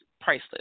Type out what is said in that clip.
priceless